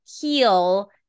heal